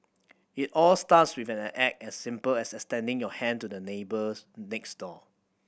it all starts with an act as simple as extending your hand to the neighbours next door